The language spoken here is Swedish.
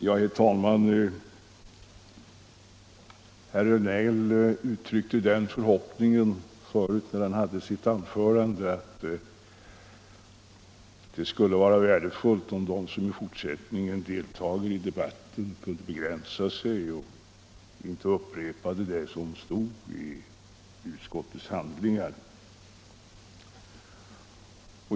Herr talman! Herr Regnéll uttryckte i sitt anförande förhoppningen att de som tänkte delta i den fortsatta debatten skulle begränsa sig och inte upprepa vad som står i utskottets handlingar.